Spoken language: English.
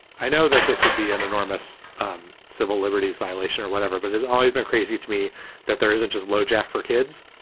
i know that this would be an enormous um civil liberties violation or whatever, but has always been crazy to me that there isn't just lojack for kids.